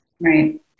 Right